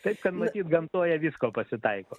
taip kad matyt gamtoje visko pasitaiko